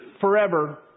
forever